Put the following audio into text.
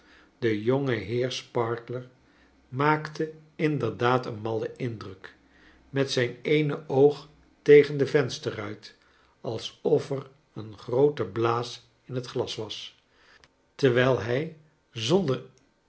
de j onge heer sparkler maakte inderdaad een mallen indruk met zijn eene oog tegen de vensterruit alsof er een groote blaas in het glas was terwijl hij zonder